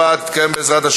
מוסדרים,